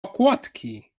okładki